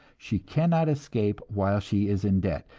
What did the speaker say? she cannot escape while she is in debt,